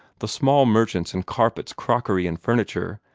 the small merchants in carpets, crockery, and furniture,